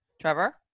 Trevor